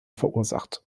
verursacht